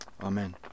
Amen